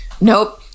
Nope